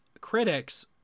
critics